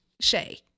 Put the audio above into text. Shay